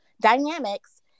dynamics